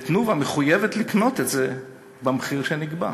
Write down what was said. "תנובה" מחויבת לקנות את זה במחיר שנקבע.